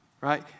right